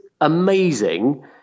amazing